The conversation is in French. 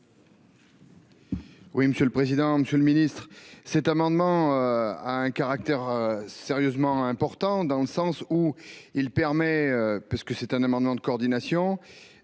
Oui, monsieur le président, Monsieur le Ministre. Cet amendement a un caractère sérieusement important dans le sens où il permet parce que c'est un amendement de coordination